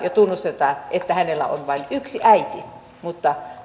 ja tunnustetaan että hänellä on vain yksi äiti mutta